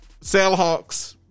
Sailhawks